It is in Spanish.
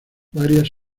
varias